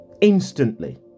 instantly